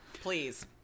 Please